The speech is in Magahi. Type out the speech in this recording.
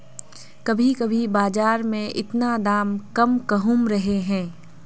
कभी कभी बाजार में इतना दाम कम कहुम रहे है?